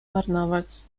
marnować